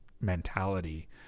mentality